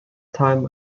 time